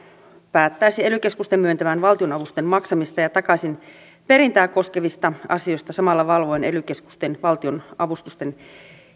päättäisi ely keskusten myöntämän valtionavustuksen maksamista ja takaisinperintää koskevista asioista samalla valvoen ely keskusten lisäksi valtionavustusten